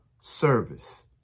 service